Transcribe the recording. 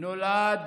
"נולד